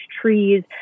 trees